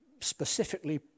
specifically